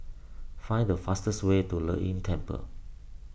find the fastest way to Lei Yin Temple